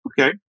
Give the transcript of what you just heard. Okay